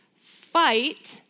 fight